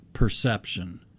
perception